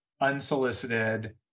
unsolicited